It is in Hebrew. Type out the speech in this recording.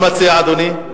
מה מציע אדוני?